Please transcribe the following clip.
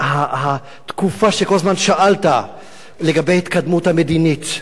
התקופה שכל הזמן שאלת לגבי ההתקדמות המדינית,